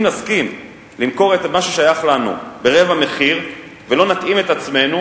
אם נסכים למכור את מה ששייך לנו ברבע מחיר ולא נתאים את עצמנו,